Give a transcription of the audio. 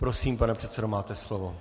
Prosím, pane předsedo, máte slovo.